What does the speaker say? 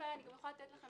אני יכולה לומר לכם